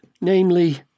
Namely